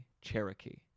Cherokee